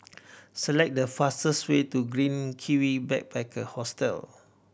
select the fastest way to Green Kiwi Backpacker Hostel